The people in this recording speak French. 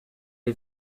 est